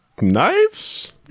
knives